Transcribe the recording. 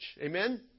Amen